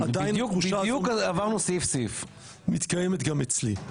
עדיין התחושה הזאת מתקיימת גם אצלי.